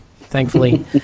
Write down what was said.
thankfully